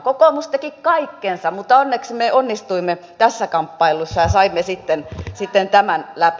kokoomus teki kaikkensa mutta onneksi me onnistuimme tässä kamppailussa ja saimme sitten tämän läpi